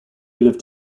lived